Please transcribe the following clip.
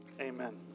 amen